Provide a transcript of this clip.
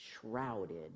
shrouded